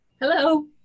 Hello